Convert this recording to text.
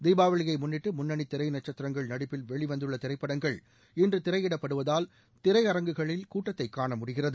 த்பாவளியை முன்னிட்டு முன்னணி திரை நட்சத்திரங்கள் நடிப்பில் வெளிவந்துள்ள திரைப்படங்கள் இன்று திரையிடப்படுவதால் திரையரங்குகளில் கூட்டத்தை காணமுடிகிறது